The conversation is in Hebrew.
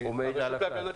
אבל הוא מעיד על הכלל.